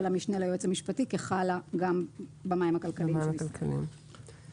המשנה ליועץ המשפטי כחלה גם במים הכלכליים של ישראל.